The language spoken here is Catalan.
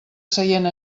seient